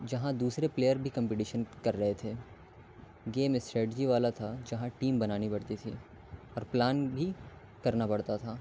جہاں دوسرے پلیئر بھی کمپٹیشن کر رہے تھے گیم اسٹریٹجی والا تھا جہاں ٹیم بنانی پڑتی تھی اور پلان بھی کرنا پڑتا تھا